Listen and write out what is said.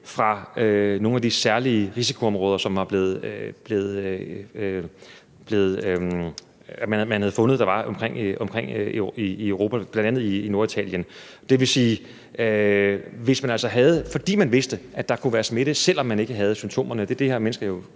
fra nogle af de særlige risikoområder, som man havde fundet at der var i Europa, bl.a. i Norditalien. Det vil sige, at fordi man vidste, at der kunne være smitte, selv om man ikke havde symptomerne